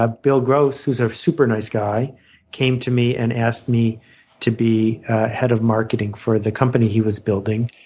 ah bill gross who's a super nice guy came to me and asked me to be head of marketing for the company he was building.